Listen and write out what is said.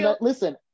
listen